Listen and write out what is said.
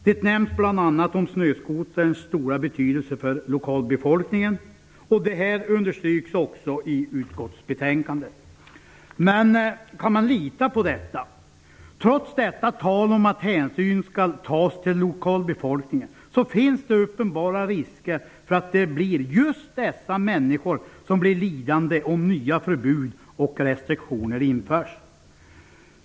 Bl.a nämns snöskoterns stora betydelse för lokalbefolkningen. Detta understryks också i utskottsbetänkandet. Men kan man lita på detta? Trots detta tal om att hänsyn skall tas till lokalbefolkningen finns det uppenbara risker för att det blir just dessa människor som blir lidande om nya förbud och restriktioner införs.